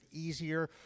easier